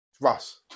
Russ